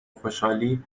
خوشحالی